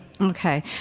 Okay